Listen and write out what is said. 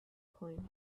point